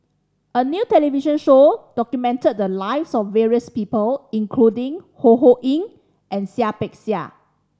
a new television show documented the lives of various people including Ho Ho Ying and Seah Peck Seah